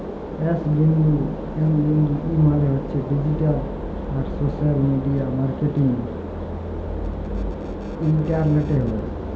S বিন্দু M বিন্দু E মালে হছে ডিজিট্যাল আর সশ্যাল মিডিয়া মার্কেটিং ইলটারলেটে হ্যয়